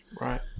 Right